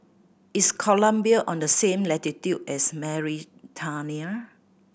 is Colombia on the same latitude as Mauritania